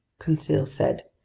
conseil said,